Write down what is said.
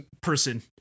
person